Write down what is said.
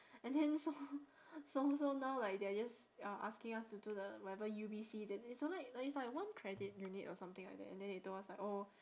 and then so so so now like they're just uh asking us to do the whatever U_B_C that like it's like one credit unit or something like that and then they told us like oh